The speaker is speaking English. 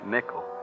Nickel